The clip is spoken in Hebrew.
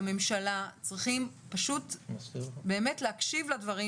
בממשלה צריכים פשוט באמת להקשיב לדברים